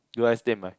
you ai-stead-mai